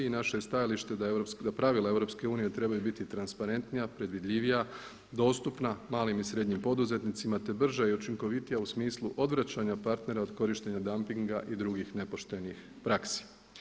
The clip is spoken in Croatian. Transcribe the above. Naše je stajalište da pravila EU trebaju biti transparentnija, predvidljivija, dostupna malim i srednjim poduzetnicima te brža i učinkovitija u smislu odvraćanja partnera od korištenja dampinga i drugih nepoštenih praksi.